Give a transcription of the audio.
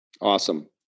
Awesome